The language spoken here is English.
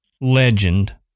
legend